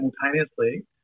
simultaneously